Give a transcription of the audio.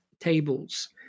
tables